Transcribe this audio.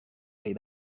way